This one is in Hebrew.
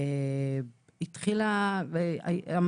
בלי קשר לאירוע,